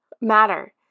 matter